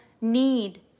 need